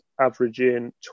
averaging